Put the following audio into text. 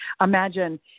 imagine